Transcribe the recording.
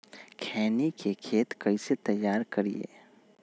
खैनी के खेत कइसे तैयार करिए?